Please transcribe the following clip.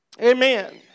Amen